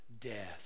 Death